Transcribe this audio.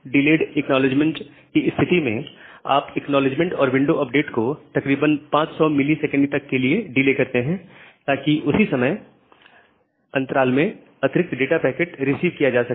delayed acknowledgement की स्थिति में आप एक्नॉलेजमेंट और विंडो अपडेट को तकरीबन 500 ms तक के लिए डिले करते हैं ताकि उसी समय अंतराल में अतिरिक्त डेटा पैकेट रिसीव किया जा सके